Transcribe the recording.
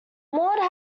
maude